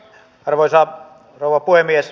arvoisa rouva puhemies